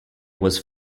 was